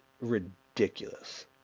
ridiculous